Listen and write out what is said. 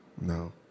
no